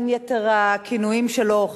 בין יתר הכינויים שלו,